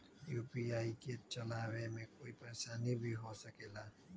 UPI के चलावे मे कोई परेशानी भी हो सकेला?